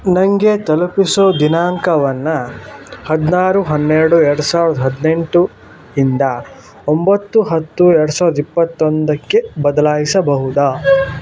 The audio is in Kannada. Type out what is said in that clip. ನನಗೆ ತಲುಪಿಸೋ ದಿನಾಂಕವನ್ನು ಹದಿನಾರು ಹನ್ನೆರಡು ಎರಡು ಸಾವಿರದ ಹದಿನೆಂಟು ಇಂದ ಒಂಬತ್ತು ಹತ್ತು ಎರಡು ಸಾವಿರದ ಇಪ್ಪತ್ತೊಂದಕ್ಕೆ ಬದಲಾಯಿಸಬಹುದಾ